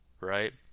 right